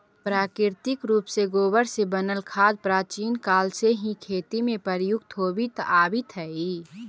प्राकृतिक रूप से गोबर से बनल खाद प्राचीन काल से ही खेती में प्रयुक्त होवित आवित हई